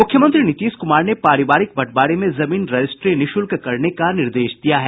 मूख्यमंत्री नीतीश कुमार ने पारिवारिक बंटवारे में जमीन रजिस्ट्री निःशुल्क करने का निर्देश दिया है